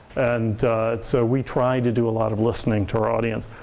and so we try to do a lot of listening to our audience.